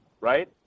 right